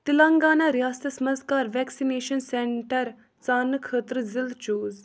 تِلنگاناہ رِیاستَس مَنٛز کر وؠکسِنیشن سینٹر زاننہٕ خٲطرٕ ضلعہٕ چوٗز